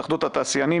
התחברו לזום,